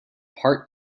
part